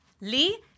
Lee